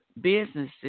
businesses